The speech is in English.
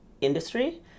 industry